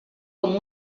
com